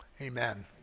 Amen